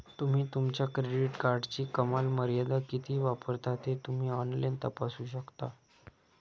तुम्ही तुमच्या क्रेडिट कार्डची कमाल मर्यादा किती वापरता ते तुम्ही ऑनलाइन तपासू शकता